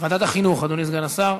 ועדת החינוך, אדוני סגן השר.